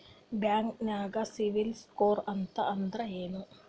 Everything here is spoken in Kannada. ಬ್ಯಾಂಕ್ದಾಗ ಸಿಬಿಲ್ ಸ್ಕೋರ್ ಅಂತ ಅಂದ್ರೆ ಏನ್ರೀ?